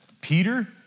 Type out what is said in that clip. Peter